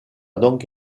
donc